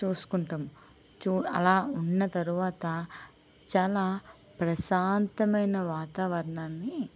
చూసుకుంటాము చూ అలా ఉన్న తరువాత చాలా ప్రశాంతమైన వాతావరణాన్ని